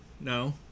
No